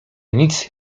nic